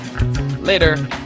later